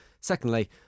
Secondly